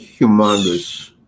humongous